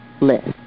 list